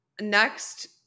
next